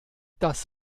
das